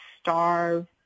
starve